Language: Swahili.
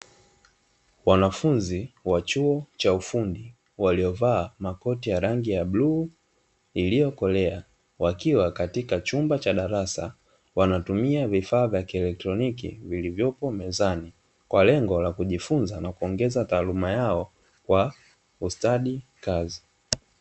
Wanafunzi wa chuo cha ufundi waliovaa makoti ya rangi ya blue iliyokolea, wakiwa katika chumba cha darasa wanatumia vifaa vya kielektroniki, vilivyopo mezani kwa lengo la kujifunza na kuongeza taaluma yao kwa ustadi kazi.